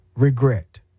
regret